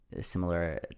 similar